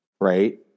right